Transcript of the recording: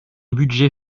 budget